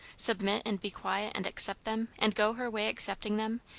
submit, and be quiet, and accept them, and go her way accepting them,